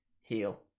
heal